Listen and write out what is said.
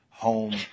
Home